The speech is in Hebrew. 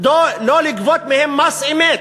כדי לא לגבות מהם מס אמת,